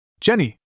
Jenny